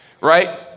right